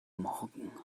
morgen